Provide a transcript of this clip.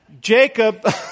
Jacob